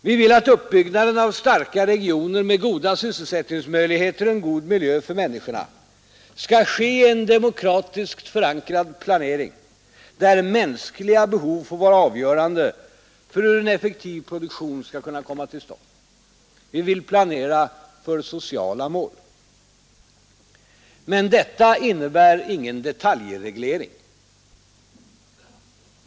Vi vill att uppbyggnaden av starka regioner med goda sysselsättningsmöjligheter och en god miljö för människorna skall ske i en demokratiskt förankrad planering, där mänskliga behov får vara avgörande för hur en effektiv produktion skall kunna komma till stånd. Vi vill planera för sociala mål. Men detta innebär ingen detaljreglering.